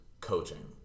coaching